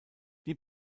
die